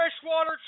Freshwater